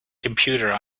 computer